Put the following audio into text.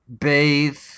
bathe